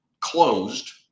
closed